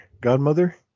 godmother